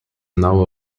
now